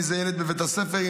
אם זה ילד בבית הספר,